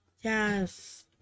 Yes